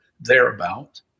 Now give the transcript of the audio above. thereabout